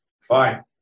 Fine